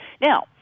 Now